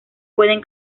pueden